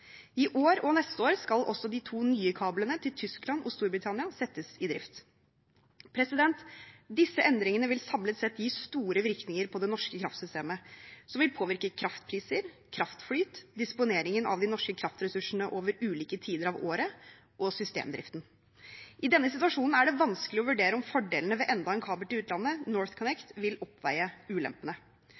I år og neste år skal også de to nye kablene til Tyskland og Storbritannia settes i drift. Disse endringene vil samlet sett gi store virkninger på det norske kraftsystemet, som vil påvirke kraftpriser, kraftflyt, disponeringen av de norske kraftressursene over ulike tider av året og systemdriften. I denne situasjonen er det vanskelig å vurdere om fordelene ved enda en kabel til utlandet – NorthConnect – vil veie opp for ulempene.